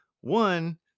One